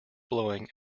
blowing